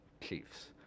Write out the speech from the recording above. chiefs